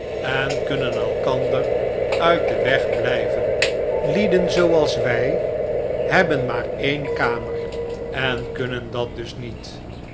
en kunnen elkander uit den weg blijven liedenzooals wij hebben maar ene kamer en kunnen dat dus niet